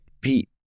Pete